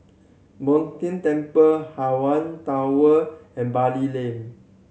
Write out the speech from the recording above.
Tien Temple Hawaii Tower and Bali Lane